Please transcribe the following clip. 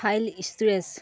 file storage